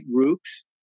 groups